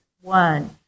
One